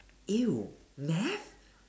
!eww! nest